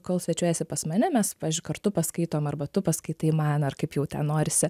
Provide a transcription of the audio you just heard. kol svečiuojiesi pas mane mes kartu paskaitom arba tu paskaitai man ar kaip jau ten norisi